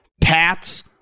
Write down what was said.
Pats